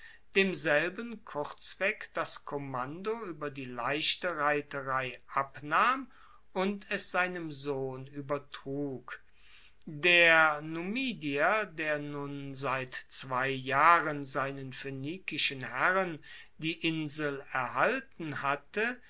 demselben kurzweg das kommando ueber die leichte reiterei abnahm und es seinem sohn uebertrug der numidier der nun seit zwei jahren seinen phoenikischen herren die insel erhalten hatte